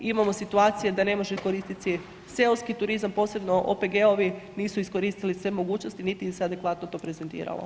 Imamo situacije da ne može koristiti seoski turizam, posebno OPG-ovi, nisu iskoristili sve mogućnosti niti im se adekvatno to prezentiralo.